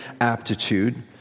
aptitude